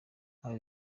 abo